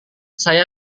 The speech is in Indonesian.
saya